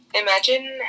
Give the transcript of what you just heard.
Imagine